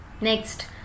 Next